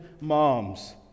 moms